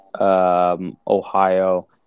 Ohio